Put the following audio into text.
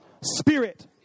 spirit